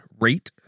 rate